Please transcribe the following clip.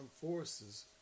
forces